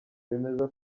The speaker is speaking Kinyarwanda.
bemeza